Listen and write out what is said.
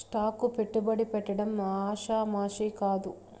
stock కు పెట్టుబడి పెట్టడం ఆషామాషీ కాదు